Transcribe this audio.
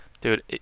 Dude